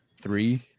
three